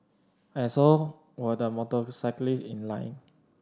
and so were the motorcyclist in line